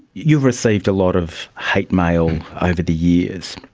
you've received a lot of hate mail over the years.